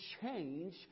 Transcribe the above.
change